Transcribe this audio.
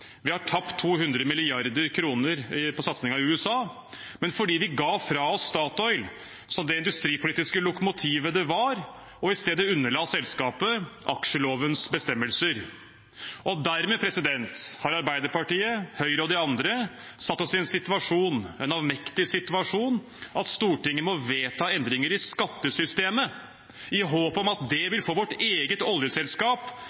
vi har tapt 200 mrd. kr på satsingen i USA, men også fordi vi ga fra oss Statoil, som det industripolitiske lokomotivet det var, og i stedet underla selskapet aksjelovens bestemmelser. Dermed har Arbeiderpartiet, Høyre og de andre satt oss i en situasjon – en avmektig situasjon – hvor Stortinget må vedta endringer i skattesystemet i håp om at det